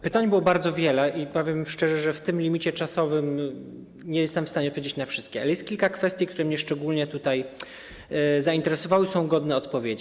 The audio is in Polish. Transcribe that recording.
Pytań było bardzo wiele i powiem szczerze, że w tym limicie czasowym nie jestem w stanie opowiedzieć na wszystkie, ale jest kilka kwestii, które mnie szczególnie tutaj zainteresowały i są na pewno godne odpowiedzi.